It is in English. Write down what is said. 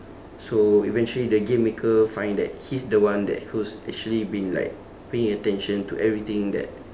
so eventually the game maker find that he's the one that who's actually been like paying attention to everything that